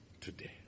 today